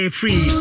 free